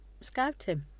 scouting